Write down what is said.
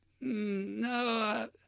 no